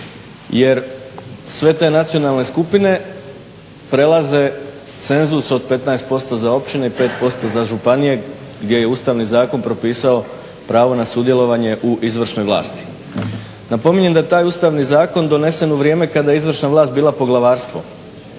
jer sve te nacionalne skupine prelaze cenzus od 15% za općine i 5% za županije gdje je Ustavni zakon propisao pravo na sudjelovanje u izvršnoj vlasti. Napominjem da je taj Ustavni zakon donesen u vrijeme kada je izvršna vlast bila poglavarstvo